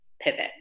pivot